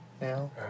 now